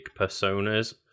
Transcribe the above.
personas